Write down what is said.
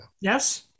Yes